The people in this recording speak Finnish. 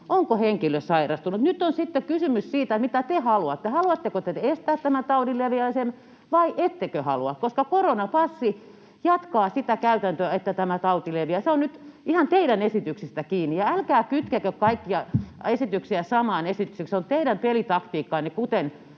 onko henkilö sairastunut. Nyt on sitten kysymys siitä, mitä te haluatte. Haluatteko te estää tämän taudin leviämisen vai ettekö halua? Koronapassi jatkaa sitä käytäntöä, että tämä tauti leviää. Se on nyt ihan teidän esityksistänne kiinni. Ja älkää kytkekö kaikkia esityksiä samaan esitykseen. Se on teidän pelitaktiikkaanne,